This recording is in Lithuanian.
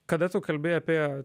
kada tu kalbi apie